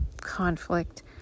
conflict